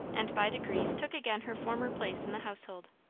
and by degrees took again her former place in the household.